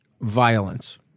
violence